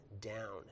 down